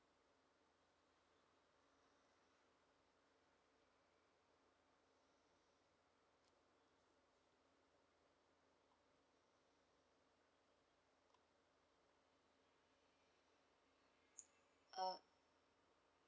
uh